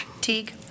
Teague